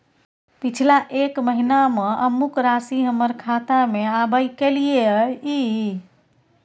पिछला एक महीना म अमुक राशि हमर खाता में आबय कैलियै इ?